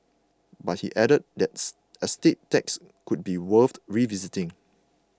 but he added that's estate tax could be worth revisiting